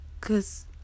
Cause